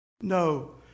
No